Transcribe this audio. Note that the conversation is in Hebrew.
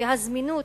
והזמינות